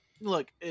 look